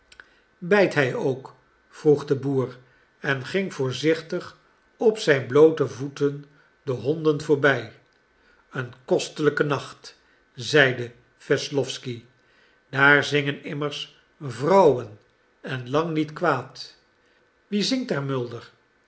bijt hij ook vroeg de boer en ging voorzichtig op zijn bloote voeten de honden voorbij een kostelijke nacht zeide wesslowsky daar zingen immers vrouwen en lang niet kwaad wie zingt daar mulder